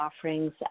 offerings